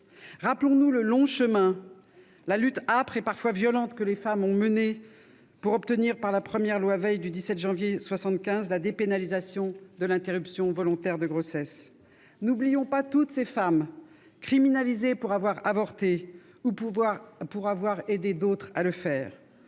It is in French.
Rappelons-nous le long chemin parcouru, la lutte âpre et parfois violente que les femmes ont menée pour obtenir, par la première loi Veil du 17 janvier 1975, la dépénalisation de l'interruption volontaire de grossesse. N'oublions pas toutes ces femmes criminalisées pour avoir avorté ou pour avoir aidé d'autres à le faire.